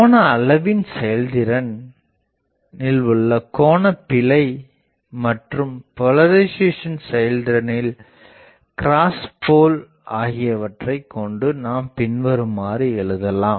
கோணஅளவின் செயல்திறனில் உள்ள கோண பிழை மற்றும் போலரிசேசன் செயல்திறனில் க்ராஸ் போல் ஆகியவற்றை கொண்டு நாம் பின்வருமாறு எழுதலாம்